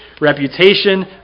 reputation